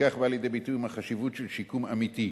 בכך באה לידי ביטוי החשיבות של שיקום אמיתי,